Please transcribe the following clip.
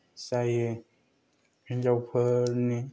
जायो हिनजावफोरनि